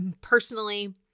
personally